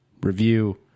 review